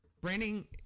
branding